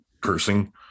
cursing